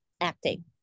acting